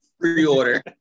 Pre-order